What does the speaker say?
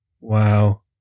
Wow